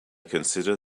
consider